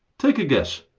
take a guess!